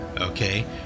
Okay